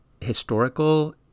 historical